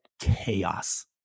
Chaos